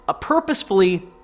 purposefully